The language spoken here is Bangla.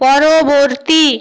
পরবর্তী